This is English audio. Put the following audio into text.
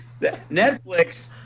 Netflix